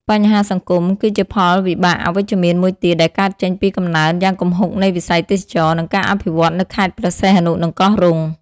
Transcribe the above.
បញ្ហាសង្គម គឺជាផលវិបាកអវិជ្ជមានមួយទៀតដែលកើតចេញពីកំណើនយ៉ាងគំហុកនៃវិស័យទេសចរណ៍ និងការអភិវឌ្ឍន៍នៅខេត្តព្រះសីហនុ និងកោះរ៉ុង។